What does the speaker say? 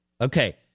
Okay